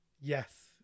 yes